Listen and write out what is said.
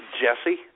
Jesse